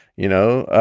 you know,